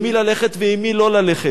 עם מי ללכת ועם מי לא ללכת.